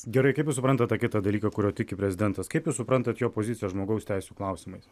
gerai kaip jūs suprantat tą kitą dalyką kuriuo tiki prezidentas kaip jūs suprantat jo poziciją žmogaus teisių klausimais